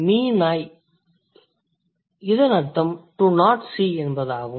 mi - nai இதன் அர்த்தம் 'to not see' என்பதாகும்